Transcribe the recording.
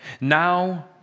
now